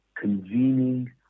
convening